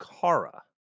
Kara